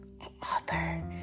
author